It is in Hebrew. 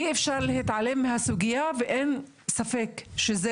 אי אפשר להתעלם מהסוגיה ואין ספק שזה